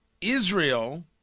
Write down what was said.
Israel